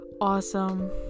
awesome